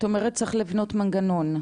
את אומרת שצריך לבנות מנגנון?